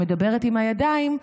שמדברת עם הידיים,